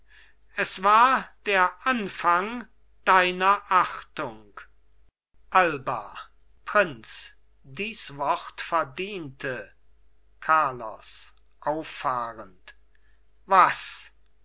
es war der anfang deiner achtung alba prinz dies wort verdiente carlos auffahrend was